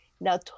Now